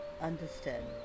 understand